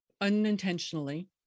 unintentionally